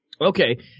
Okay